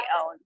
own